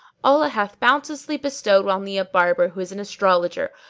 allah hath bounteously bestowed on thee a barber who is an astrologer,